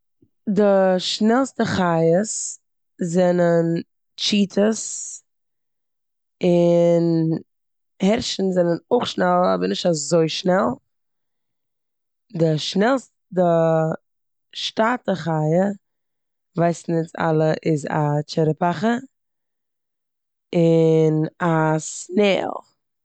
די שנעלסטע חיות זענען טשיטאס, און הערשן זענען אויך שנעל אבער נישט אזוי שנעל. די שנעל- די שטאטע חיה ווייסן אונז אלע איז א טשערעפאכע און א סנעיל.